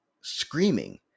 screaming